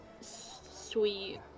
sweet